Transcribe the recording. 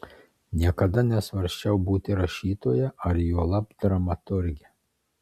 niekada nesvarsčiau būti rašytoja ar juolab dramaturge